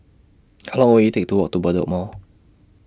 How Long Will IT Take to Walk to Bedok Mall